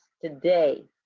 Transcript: today